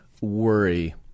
worry